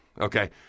Okay